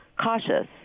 cautious